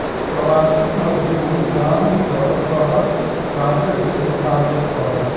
प्रवासी मजदूर गाम सॅ शहर काजक लेल अबैत अछि